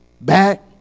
Back